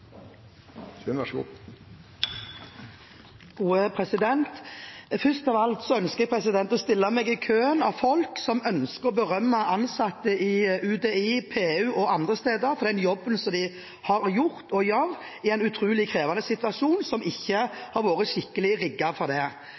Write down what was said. Først av alt vil jeg stille meg i køen av folk som ønsker å berømme ansatte i UDI, PU og andre steder for den jobben som de har gjort og gjør i en utrolig krevende situasjon som en ikke har vært skikkelig rigget for.